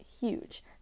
huge